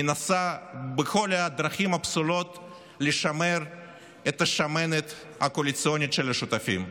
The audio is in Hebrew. מנסה בכל הדרכים הפסולות לשמר את השמנת הקואליציונית של השותפים.